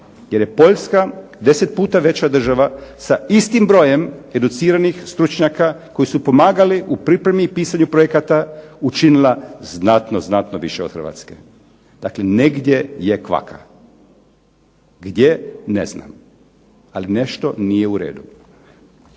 Jer je Poljska 10 puta veća država sa istim brojem educiranih stručnjaka koji su pomagali u pripremi i pisanju projekata učinila znatno, znatno više od Hrvatske. Dakle, negdje je kvaka. Gdje? Ne znam, ali nešto nije u redu.